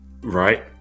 Right